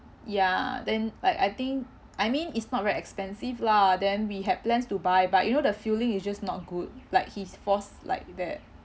ya then like I think I mean it's not very expensive lah then we had plans to buy but you know the feeling is just not good like he's forced like that